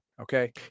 okay